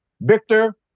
Victor